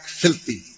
filthy